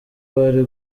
bari